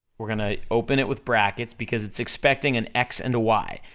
we're gonna open it with brackets, because it's expecting an x and a y,